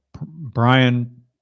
Brian